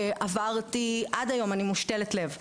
אני מושתלת לב.